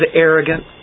arrogant